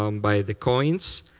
um by the coins